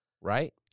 right